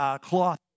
cloth